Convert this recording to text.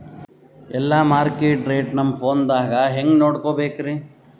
ಎಲ್ಲಾ market rate ನಮ್ ಫೋನದಾಗ ಹೆಂಗ ನೋಡಕೋಬೇಕ್ರಿ?